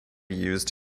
used